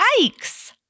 Yikes